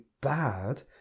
bad